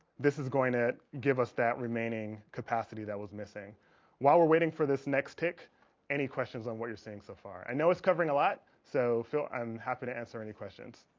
this is going to give us that remaining capacity that was missing while we're waiting for this next tick any questions on what you're seeing so far. i know it's covering a lot so phil i'm happy to answer any questions